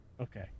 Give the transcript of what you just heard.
Okay